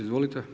Izvolite.